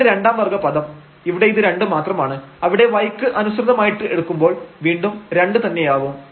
പിന്നീട് രണ്ടാം വർഗ്ഗ പദം ഇവിടെ ഇത് 2 മാത്രമാണ് അവിടെ y ക്ക് അനുസൃതമായിട്ട് എടുക്കുമ്പോൾ വീണ്ടും 2 തന്നെയാവും